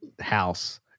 house